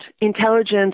intelligence